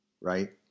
right